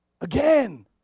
Again